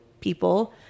People